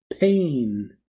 pain